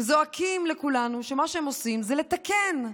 הם זועקים לכולנו שמה שהם עושים זה לתקן.